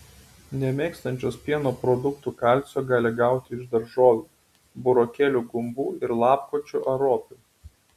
nemėgstančios pieno produktų kalcio gali gauti iš daržovių burokėlių gumbų ir lapkočių ar ropių